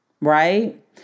right